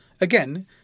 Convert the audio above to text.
Again